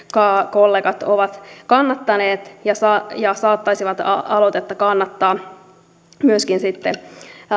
kollegat ovat kannattaneet ja saattaisivat aloitetta kannattaa myöskin sitten